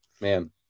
man